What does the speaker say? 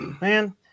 Man